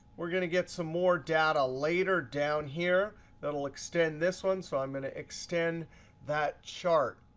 we're going to get some more data later down here that'll extend this one. so i'm going to extend that chart.